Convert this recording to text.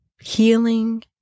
Healing